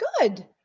Good